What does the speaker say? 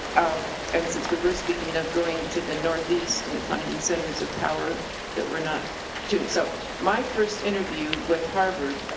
and since we were speaking of going to the northeast and finding centers of power that we're not and so my first interview with harvard,